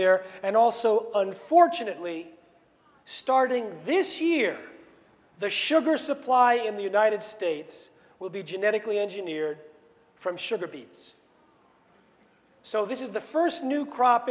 there and also unfortunately starting this year the sugar supply in the united states will be genetically engineered from sugar beets so this is the first new crop